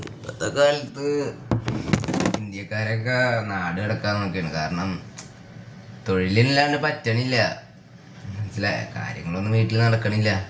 അന്നത്തെ കാലത്ത് ഇന്ത്യക്കാരൊക്കെ നാട് കടക്കാൻ നോക്കിയതാണ് കാരണം തൊഴിലില്ലാണ്ട് പറ്റണില്ല മനസ്സിലായി കാര്യങ്ങളൊന്നും വീട്ടിൽ നടക്കുന്നില്ല